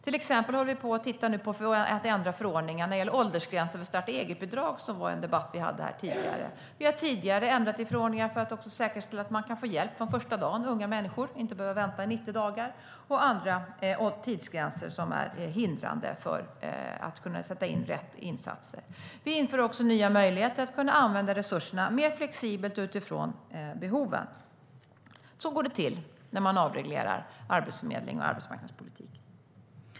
Till exempel håller vi nu på att titta på att ändra förordningar när det gäller åldersgränser för starta-eget-bidrag - det var en debatt vi hade här tidigare. Vi har tidigare ändrat i förordningar för att säkerställa att unga människor kan få hjälp från första dagen. De ska inte behöva vänta i 90 dagar. Det handlar även om andra tidsgränser som är hindrande i fråga om att sätta in rätt insatser. Vi inför också nya möjligheter att använda resurserna mer flexibelt utifrån behoven. Så går det till när man avreglerar arbetsförmedling och arbetsmarknadspolitik.